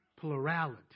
plurality